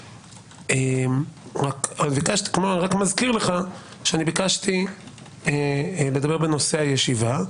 רק מזכיר לך שאני ביקשתי לדבר בנושא הישיבה.